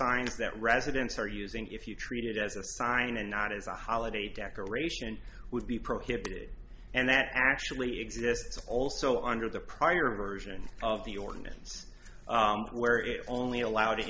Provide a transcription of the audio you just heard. signs that residents are using if you treat it as a sign and not as a holiday decoration would be prohibited and that actually exists also under the prior version of the ordinance where it only allowed